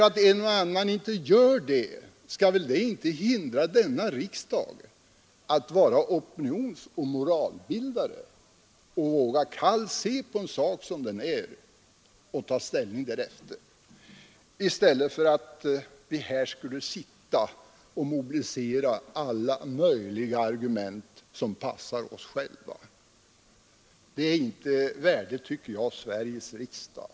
Att en och annan privat arbetsgivare inte gör det skall väl inte hindra denna riksdag från att vara opinionsoch moralbildare och kallt våga se en sak som den är och ta ställning därefter i stället för att försöka mobilisera alla möjliga argument som passar oss själva. Det är, tycker jag, inte värdigt Sveriges riksdag.